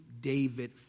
David